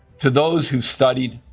to those who've studied,